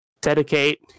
dedicate